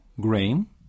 grain